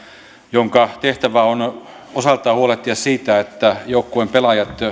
jonka tehtävä on on osaltaan huolehtia siitä että joukkueen pelaajat